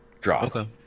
drop